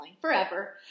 forever